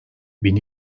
bin